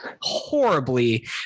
horribly